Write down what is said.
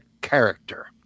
character